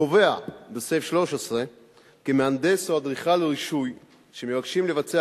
קובע בסעיף 13 כי מהנדס או אדריכל רשוי המבקשים לבצע